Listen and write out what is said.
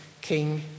King